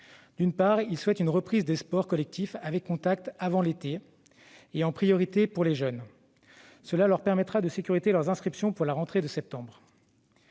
D'une part, ils souhaitent une reprise des sports collectifs avec contact avant l'été, en priorité pour les jeunes. Cela leur permettra de sécuriser leurs inscriptions pour la rentrée de septembre